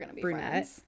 brunette